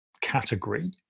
category